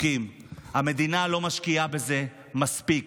המדינה לא משקיעה בזה מספיק.